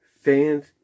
fans